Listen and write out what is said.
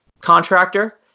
contractor